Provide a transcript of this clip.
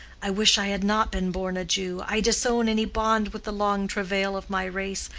i wish i had not been born a jew, i disown any bond with the long travail of my race,